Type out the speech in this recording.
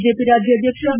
BJP ರಾಜ್ಯಾಧ್ಯಕ್ಷ B